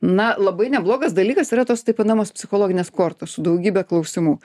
na labai neblogas dalykas yra tos taip vadinamos psichologinės kortos su daugybe klausimų